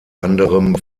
anderem